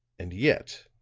and yet,